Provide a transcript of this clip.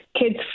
kids